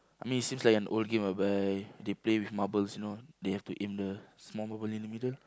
I mean it seems like an old game whereby they play with marbles you know they have to aim the small marble in the middle